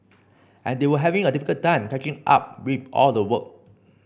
and they were having a difficult time catching up with all the work